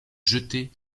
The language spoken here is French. jeter